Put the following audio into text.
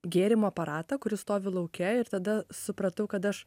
gėrimų aparatą kuris stovi lauke ir tada supratau kad aš